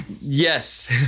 Yes